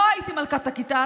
לא הייתי מלכת הכיתה,